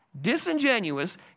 disingenuous